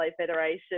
Federation